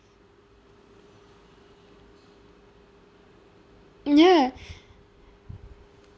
ya